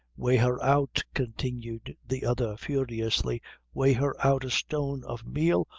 weigh her out, continued the other, furiously weigh her out a stone of meal,